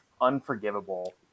unforgivable